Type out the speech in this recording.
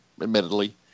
admittedly